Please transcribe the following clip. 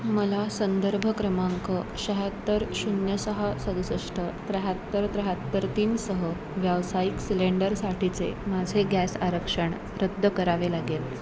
मला संदर्भ क्रमांक शहात्तर शून्य सहा सदुसष्ट त्र्याहत्तर त्र्याहत्तर तीनसह व्यावसायिक सिलेंडरसाठीचे माझे गॅस आरक्षण रद्द करावे लागेल